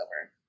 over